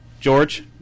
George